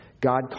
God